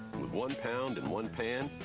with one pound in one pan,